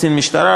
קצין משטרה,